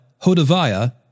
Hodaviah